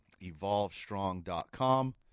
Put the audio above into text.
EvolveStrong.com